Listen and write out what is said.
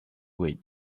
wait